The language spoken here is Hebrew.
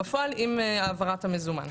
בפועל עם העברת המזומן.